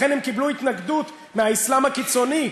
לכן הם קיבלו התנגדות מהאסלאם הקיצוני,